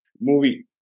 Movie